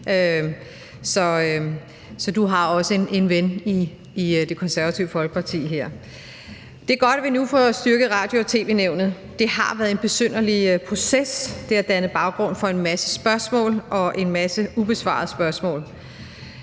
Så der har du også en ven i Det Konservative Folkeparti. Det er godt, at vi nu får styrket Radio- og tv-nævnet. Det har været en besynderlig proces, og det har dannet baggrund for en masse spørgsmål og en masse ubesvarede spørgsmål.